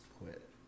quit